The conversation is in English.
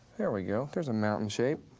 there we go, there's a mountain shape.